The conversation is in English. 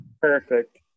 Perfect